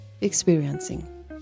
experiencing